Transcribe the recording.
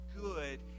good